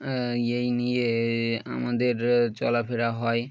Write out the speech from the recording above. এই নিয়ে আমাদের চলাফেরা হয়